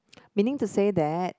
meaning to say that